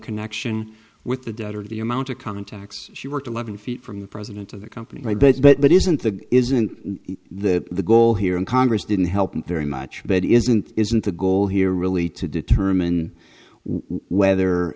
connection with the debt or the amount of contacts she worked eleven feet from the president of the company i bet but isn't the isn't that the goal here in congress didn't help very much but isn't isn't the goal here really to determine whether